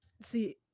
see